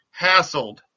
hassled